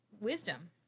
wisdom